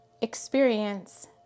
experience